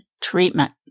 treatment